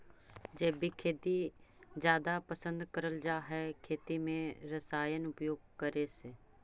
जैविक खेती जादा पसंद करल जा हे खेती में रसायन उपयोग करे से